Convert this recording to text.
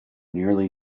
nearly